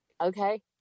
Okay